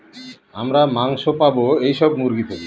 আমরা মাংস পাবো এইসব মুরগি থেকে